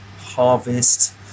Harvest